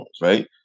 Right